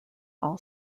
all